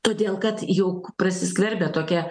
todėl kad juk prasiskverbia tokia